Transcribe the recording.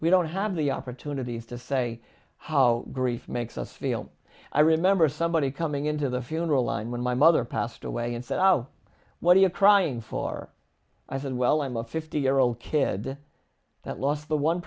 we don't have the opportunities to say how grief makes us feel i remember somebody coming into the funeral line when my mother passed away and said oh what are you crying for i said well i'm a fifty year old kid that lost the one